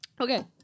Okay